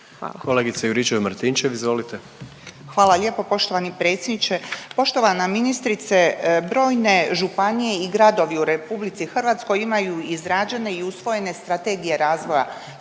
**Juričev-Martinčev, Branka (HDZ)** Hvala lijepo poštovani predsjedniče. Poštovana ministrice, brojne županije i gradovi u RH imaju izrađene i usvojene strategije razvoja